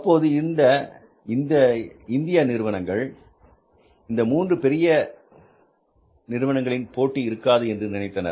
அப்போது இருந்த இந்திய நிறுவனங்கள் இந்த மூன்று மிகப்பெரிய நிறுவனங்களில் போட்டி இருக்காது என்று நினைத்திருந்தனர்